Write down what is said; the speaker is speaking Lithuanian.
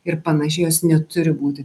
ir panašiai jos neturi būti